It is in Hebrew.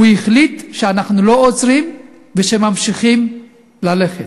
הוא החליט שאנחנו לא עוצרים וממשיכים ללכת.